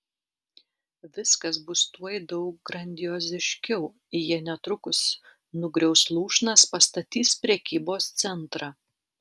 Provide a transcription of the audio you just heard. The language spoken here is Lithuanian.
viskas bus tuoj daug grandioziškiau jie netrukus nugriaus lūšnas pastatys prekybos centrą